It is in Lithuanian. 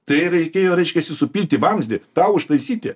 tai reikėjo reiškiasi supilt į vamzdį tą užtaisyti